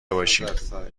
باشیم